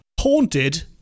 haunted